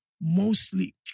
Mostly